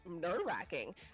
nerve-wracking